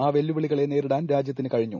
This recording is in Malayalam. ആ വെല്ലുവിളികളെ നേരിടാൻ രാജ്യത്തിന് കഴിഞ്ഞു